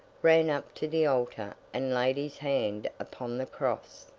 ran up to the altar, and laid his hand upon the cross.